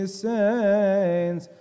saints